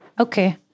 okay